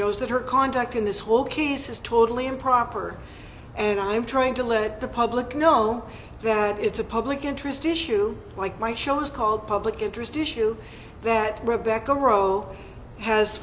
knows that her conduct in this whole case is totally improper and i'm trying to let the public know that it's a public interest issue like my show's called public interest issue that rebecca